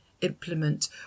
implement